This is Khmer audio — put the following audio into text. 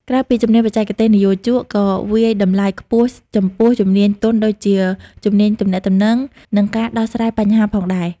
ក្រៅពីជំនាញបច្ចេកទេស និយោជកក៏វាយតម្លៃខ្ពស់ចំពោះជំនាញទន់ដូចជា ជំនាញទំនាក់ទំនង និងការដោះស្រាយបញ្ហាផងដែរ។